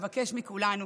ואבקש מכולנו